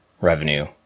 revenue